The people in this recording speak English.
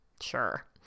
Sure